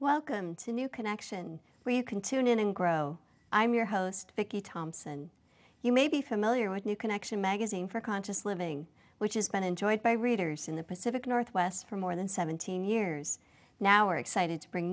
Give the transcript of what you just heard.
welcome to new connection where you can tune in and grow i'm your host vicky thompson you may be familiar with new connection magazine for conscious living which has been enjoyed by readers in the pacific northwest for more than seventeen years now are excited to bring